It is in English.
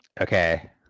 Okay